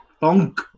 funk